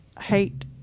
hate